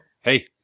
Hey